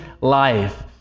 life